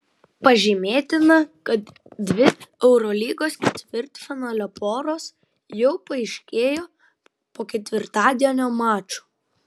pažymėtina kad dvi eurolygos ketvirtfinalio poros jau paaiškėjo po ketvirtadienio mačų